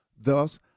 Thus